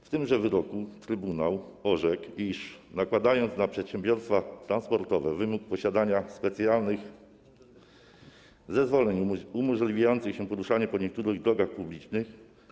W tymże wyroku Trybunał orzekł, iż nakładając na przedsiębiorstwa transportowe wymóg posiadania specjalnych zezwoleń umożliwiających poruszanie się po niektórych drogach publicznych,